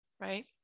Right